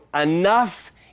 enough